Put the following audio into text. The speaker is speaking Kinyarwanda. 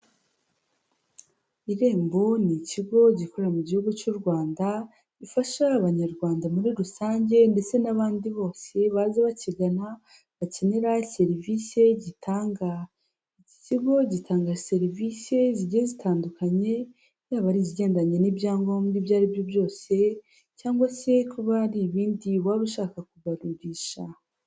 Irembo ni ikigo gikorera mu Gihugu cy'u Rwanda gifasha Abanyarwanda muri rusange ndetse n'abandi bose baza bakigana bakenera serivisi gitanga. Iki kigo gitanga serivisi zigiye zitandukanye yaba ari izigendanye n'ibyangombwa ibyo ari byo byose cyangwa se kuba hari ibindi waba ushaka kubarurisha.